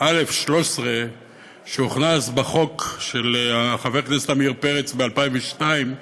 א13 שהוכנס בחוק של חבר הכנסת עמיר פרץ ב-2002,